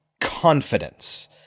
confidence